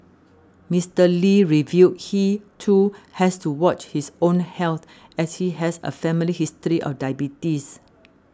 Mister Lee revealed he too has to watch his own health as he has a family history of diabetes